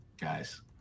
guys